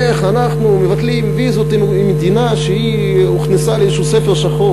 איך אנחנו מבטלים ויזות למדינה שהוכנסה לאיזה "ספר שחור"?